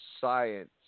Science